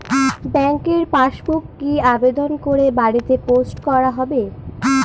ব্যাংকের পাসবুক কি আবেদন করে বাড়িতে পোস্ট করা হবে?